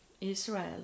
Israel